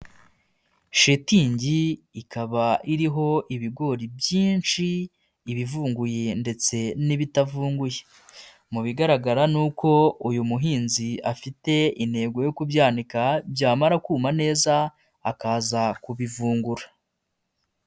Shitingi ikaba iriho ibigori byinshi, ibivunguye ndetse n'ibitavunguye, mu bigaragara ni uko uyu muhinzi afite intego yo kubika, byamara kuma neza, akaza kubivungura.